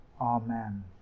Amen